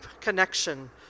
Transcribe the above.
connection